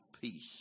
peace